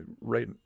Right